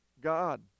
God